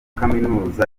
kaminuza